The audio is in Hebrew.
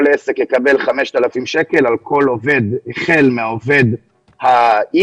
כל עסק יקבל 5,000 שקלים על כל עובד החל מהעובד איקס,